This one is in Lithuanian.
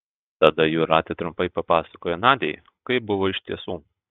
tada jūratė trumpai papasakojo nadiai kaip buvo iš tiesų